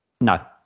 No